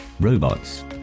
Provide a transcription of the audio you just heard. robots